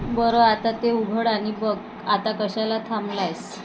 बरं आता ते उघड आणि बघ आता कशाला थांबला आहेस